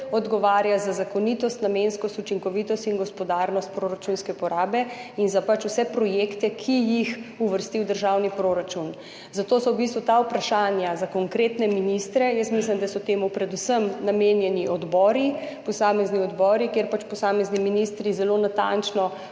odgovarja za zakonitost, namenskost, učinkovitost in gospodarnost proračunske porabe in za pač vse projekte, ki jih uvrsti v državni proračun. Zato so v bistvu ta vprašanja za konkretne ministre, jaz mislim, da so temu namenjeni predvsem odbori, posamezni odbori, kjer pač posamezni ministri zelo natančno